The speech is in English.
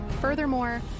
Furthermore